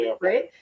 right